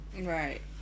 Right